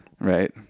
Right